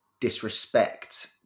disrespect